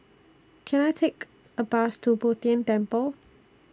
Can I Take A Bus to Bo Tien Temple